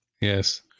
Yes